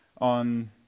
on